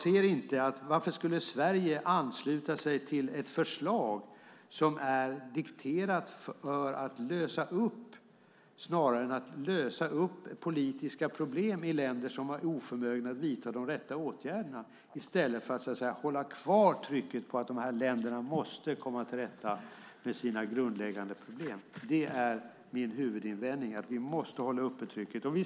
Varför skulle Sverige ansluta sig till ett förslag som är dikterat för att lösa upp politiska problem i länder som är oförmögna att vidta de rätta åtgärderna i stället för att hålla kvar trycket på att de här länderna måste komma till rätta med sina grundläggande problem? Det är min huvudinvändning. Vi måste hålla uppe trycket.